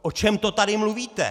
O čem to tady mluvíte?!